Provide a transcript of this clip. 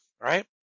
right